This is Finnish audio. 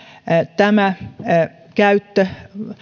tämä